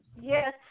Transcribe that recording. Yes